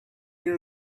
here